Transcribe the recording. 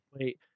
wait